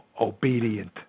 obedient